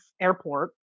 airport